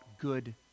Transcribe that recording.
good